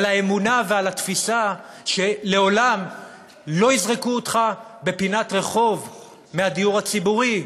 האמונה והתפיסה שלעולם לא יזרקו אותך בפינת רחוב מהדיור הציבורי,